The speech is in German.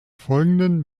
folgenden